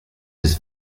his